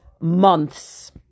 months